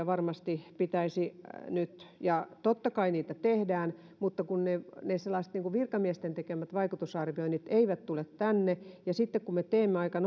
varmasti pitäisi nyt tehdä ja totta kai niitä tehdään mutta kun ne ne sellaiset virkamiesten tekemät vaikutusarvioinnit eivät tule tänne ja sitten kun me teemme aika